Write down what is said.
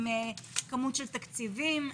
עם תקציבים.